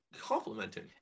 complimenting